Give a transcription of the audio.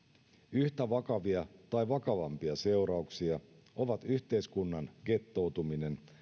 yhtä vakavia tai vakavampia seurauksia ovat yhteiskunnan gettoutuminen